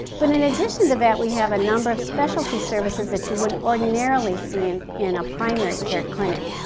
but in addition to that, we have a number of specialty services that you wouldn't ordinarily see in, in a primary care clinic.